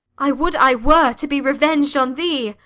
i would i were, to be reveng'd on thee.